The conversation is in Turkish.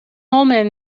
olmayan